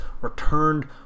returned